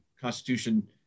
constitution